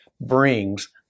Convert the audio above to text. brings